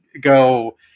go